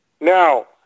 Now